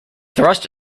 thrust